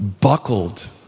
buckled